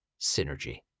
synergy